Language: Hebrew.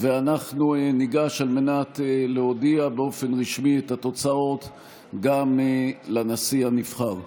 ואנחנו ניגש להודיע באופן רשמי על התוצאות גם לנשיא הנבחר.